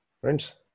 Friends